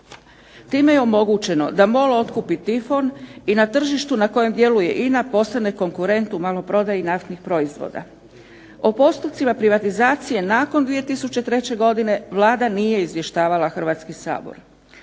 Time je omogućeno da MOL otkupi Tifon i na tržištu na kojem djeluje INA postane konkurent u maloprodaji naftnih proizvoda. O postupcima privatizacije nakon 2003. godine Vlada nije izvještavala Hrvatski sabor.